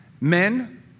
Men